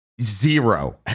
Zero